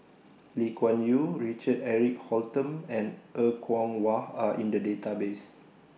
Lee Kuan Yew Richard Eric Holttum and Er Kwong Wah Are in The Database